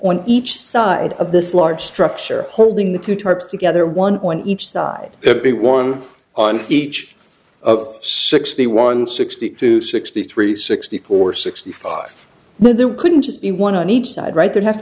on each side of this large structure holding the two types together one point each side everyone on each of sixty one sixty two sixty three sixty four sixty five there couldn't just be one on each side right there have to